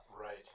Right